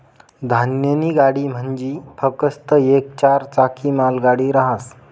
धान्यनी गाडी म्हंजी फकस्त येक चार चाकी मालगाडी रहास